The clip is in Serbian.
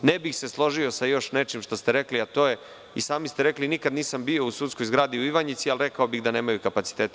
Ne bih se složio sa još nečim što ste rekli, i sami ste rekli - nikad nisam bio u sudskoj zgradi u Ivanjici, ali rekao bih da nemaju kapacitete.